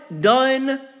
done